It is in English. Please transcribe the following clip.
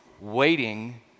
waiting